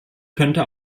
könnte